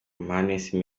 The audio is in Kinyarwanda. meza